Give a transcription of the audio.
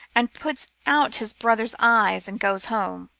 and puts out his brother's eyes, and goes home.